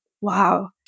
Wow